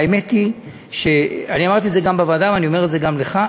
והאמת היא אני אמרתי את זה גם בוועדה ואני אומר את זה גם לך,